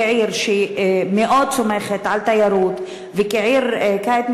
כעיר שמאוד מסתמכת על תיירות וכעיר קיט,